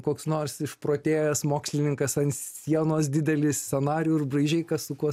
koks nors išprotėjęs mokslininkas ant sienos didelį scenarijų ir braižei kas su kuo